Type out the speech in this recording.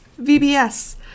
VBS